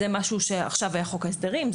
עכשיו היה חוק ההסדרים.